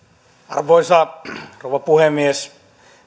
arvoisa rouva puhemies